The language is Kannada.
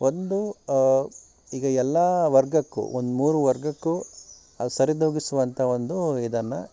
ಒಂದು ಈಗ ಎಲ್ಲ ವರ್ಗಕ್ಕೂ ಒಂದು ಮೂರು ವರ್ಗಕ್ಕೂ ಅದು ಸರಿದೂಗಿಸುವಂಥ ಒಂದು ಇದನ್ನು